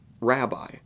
rabbi